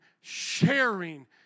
sharing